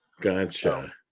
Gotcha